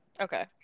okay